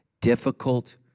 Difficult